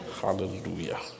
Hallelujah